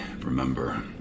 remember